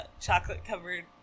chocolate-covered